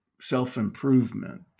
self-improvement